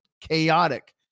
chaotic